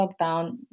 lockdown